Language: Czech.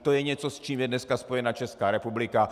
To je něco, s čím je dneska spojena Česká republika.